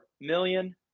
million